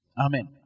Amen